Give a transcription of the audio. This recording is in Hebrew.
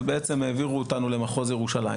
ובעצם העבירו אותנו למחוז ירושלים.